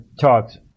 talks